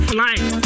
life